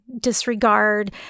disregard